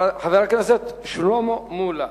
חבר הכנסת שלמה מולה.